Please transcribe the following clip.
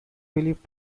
believed